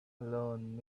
alone